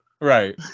right